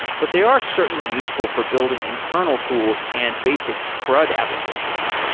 but they are certainly useful for building internal tools and basic crud applications.